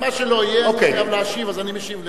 מה שלא יהיה אני חייב להשיב, אז אני משיב לך.